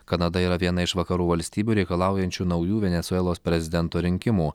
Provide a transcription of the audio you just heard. kanada yra viena iš vakarų valstybių reikalaujančių naujų venesuelos prezidento rinkimų